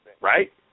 Right